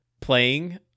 playing